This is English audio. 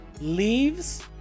leaves